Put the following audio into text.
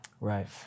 Right